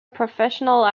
professional